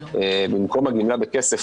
במקום הגימלה בכסף